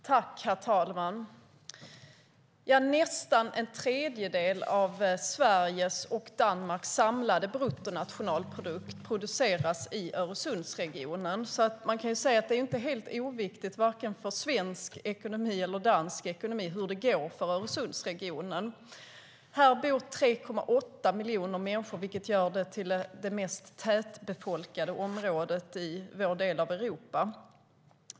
Herr talman! Nästan en tredjedel av Sveriges och Danmarks samlade bruttonationalprodukt produceras i Öresundsregionen. Man kan alltså säga att det inte är helt oviktigt för vare sig svensk ekonomi eller dansk ekonomi hur det går för Öresundsregionen. Här bor 3,8 miljoner människor, vilket gör det till det mest tätbefolkade området i vår del av Europa.